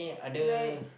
like